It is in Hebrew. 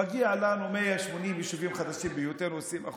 מגיע לנו 180 יישובים חדשים בהיותנו 20%,